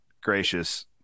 gracious